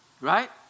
right